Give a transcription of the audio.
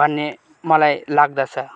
भन्ने मलाई लाग्दछ